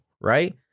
right